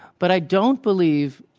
but i don't believe,